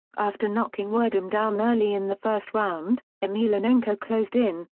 after knocking werdum down early in the first round, emelianenko closed in,